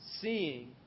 seeing